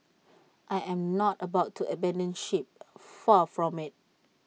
I am not about to abandon ship far from IT